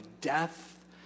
death